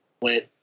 went